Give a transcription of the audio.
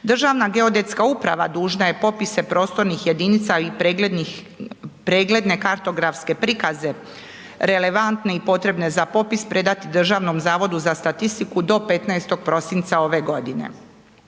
Državna geodetska uprava dužna je popise prostornih jedinica i preglednih, pregledne kartografske prikaze relevantne i potrebne za popis predati Državnom zavodu za statistiku do 15. prosinca ove godine.